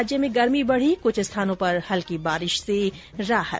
राज्य में गर्मी बढी कुछ स्थानों पर हल्की बारिश से राहत